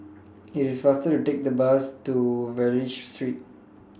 IT IS faster to Take The Bus to Wallich Street